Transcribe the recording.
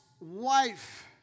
wife